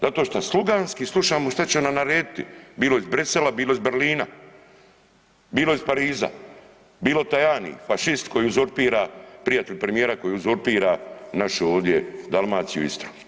Zašto šta sluganski slušamo šta će nam narediti bilo iz Bruxellesa, bilo iz Berlina, bilo iz Pariza, bilo Tajani fašist koji uzurpira, prijatelj premijera koji uzurpira naše ovdje Dalmaciju i Istru.